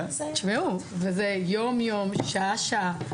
זה קורה יום-יום ושעה-שעה.